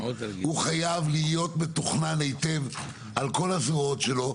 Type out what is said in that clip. להיות מתוכננת היטב על כל הזרועות שלה,